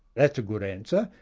that's a good answer.